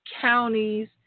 counties